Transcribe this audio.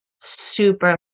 super